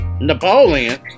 Napoleon